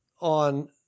on